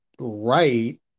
right